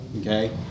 Okay